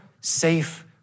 safe